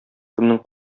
кемнең